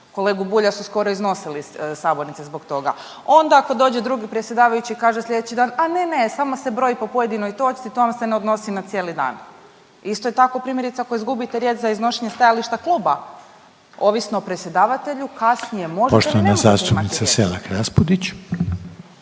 Kolegu Bulja su skoro iznosili iz sabornice zbog toga. Onda ako dođe drugi predsjedavajući kaže slijedeći dan, a ne, ne samo se broji po pojedinoj točci to vam se ne odnosi na cijeli dan. Isto tako primjerice ako izgubite riječ za iznošenje stajališta kluba ovisno o predsjedavatelju kasnije možete ili ne morate imati riječ.